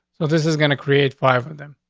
so this is going to create five of them.